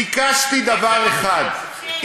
ביקשתי דבר אחד,